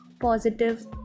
positive